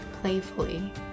playfully